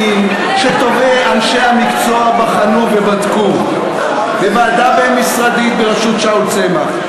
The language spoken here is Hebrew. שטובי אנשי המקצוע בחנו ובדקו בוועדה בין-משרדית בראשות שאול צמח,